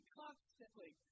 constantly